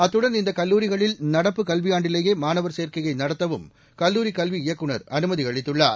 அத்துடன் இந்த கல்லூரிகளில் நடப்பு கல்வியாண்டிலேயே மாணவர் சேர்க்கையை நடத்தவும் கல்லூரிக் கல்வி இயக்குநர் அனுமதி அளித்துள்ளார்